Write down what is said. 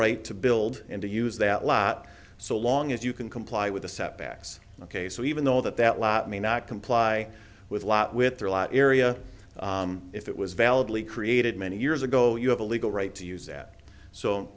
right to build and to use that lot so long as you can comply with the setbacks ok so even though that that lot may not comply with lot with their lot area if it was validly created many years ago you have a legal right to use that so